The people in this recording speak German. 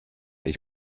ich